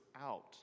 out